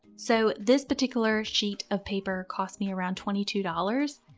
so this particular sheet of paper cost me around twenty two dollars,